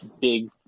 big